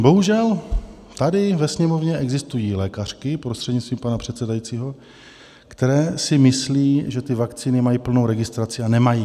Vidíte, bohužel tady ve Sněmovně existují lékařky, prostřednictvím pana předsedajícího, které si myslí, že ty vakcíny mají plnou registraci a nemají.